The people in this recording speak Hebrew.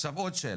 עכשיו עוד שאלה,